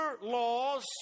laws